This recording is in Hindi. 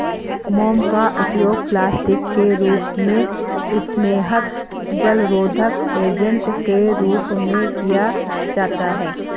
मोम का उपयोग प्लास्टिक के रूप में, स्नेहक, जलरोधक एजेंट के रूप में किया जाता है